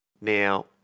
Now